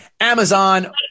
Amazon